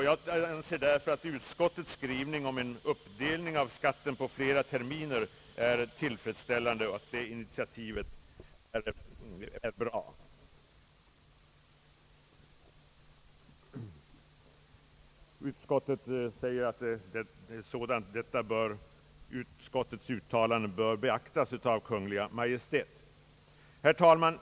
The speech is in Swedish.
Jag anser därför att utskottets skrivning om en uppdelning av skatten på flera terminer är tillfredsställande och att detta initiativ är bra. Utskottet säger att detta utskottets utlåtande bör beaktas av Kungl. Maj:t. Herr talman!